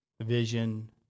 vision